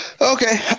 Okay